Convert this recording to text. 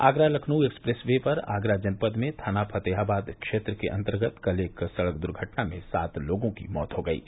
Agra Lucknow expressway पर आगरा जनपद में थाना फतेहाबाद क्षेत्र के अन्तर्गत कल एक सड़क दुर्घटना में सात लोगों की मौत हो गयी